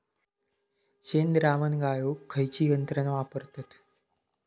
शेणद्रावण गाळूक खयची यंत्रणा वापरतत?